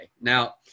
Now